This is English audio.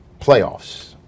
Playoffs